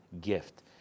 gift